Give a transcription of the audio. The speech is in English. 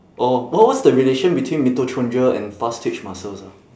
oh what what's the relation between mitochondria and fast twitch muscles ah